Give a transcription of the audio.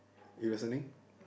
you listening